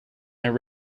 their